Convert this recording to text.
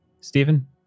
Stephen